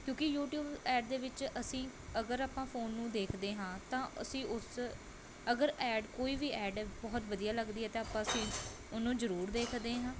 ਕਿਉਂਕਿ YouTube ad ਦੇ ਵਿੱਚ ਅਸੀਂ ਅਗਰ ਆਪਾਂ ਫ਼ੋਨ ਨੂੰ ਦੇਖਦੇ ਹਾਂ ਤਾਂ ਅਸੀਂ ਉਸ ਅਗਰ ਐਡ ਕੋਈ ਵੀ ਐਡ ਬਹੁਤ ਵਧੀਆ ਲੱਗਦੀ ਹੈ ਤਾਂ ਆਪਾਂ ਅਸੀਂ ਉਹਨੂੰ ਜ਼ਰੂਰ ਦੇਖਦੇ ਹਾਂ